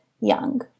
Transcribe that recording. young